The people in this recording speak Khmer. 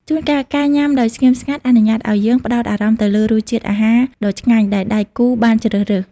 ជួនកាល ការញ៉ាំដោយស្ងៀមស្ងាត់អនុញ្ញាតឱ្យយើងផ្ដោតអារម្មណ៍ទៅលើរសជាតិអាហារដ៏ឆ្ងាញ់ដែលដៃគូបានជ្រើសរើស។